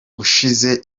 ushyize